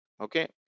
okay